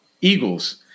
Eagles